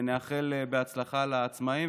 נאחל בהצלחה לעצמאים,